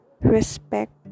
respect